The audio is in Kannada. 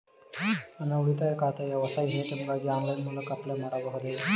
ನನ್ನ ಉಳಿತಾಯ ಖಾತೆಯ ಹೊಸ ಎ.ಟಿ.ಎಂ ಗಾಗಿ ಆನ್ಲೈನ್ ಮೂಲಕ ಅಪ್ಲೈ ಮಾಡಬಹುದೇ?